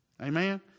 Amen